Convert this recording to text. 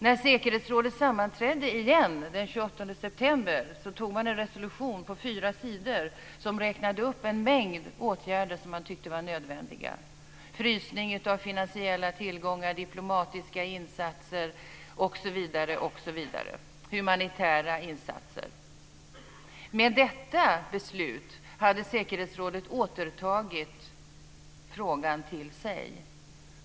När säkerhetsrådet sammanträdde igen den 28 september antog man en resolution bestående av fyra sidor där det räknades upp en mängd åtgärder som man tyckte var nödvändiga - frysning av finansiella tillgångar, diplomatiska insatser, humanitära insatser, osv. Med detta beslut hade säkerhetsrådet återtagit frågan till sig.